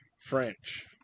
French